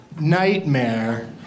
Nightmare